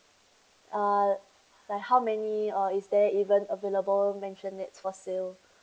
uh like how many or is there even available mansionette for sale